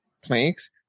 planks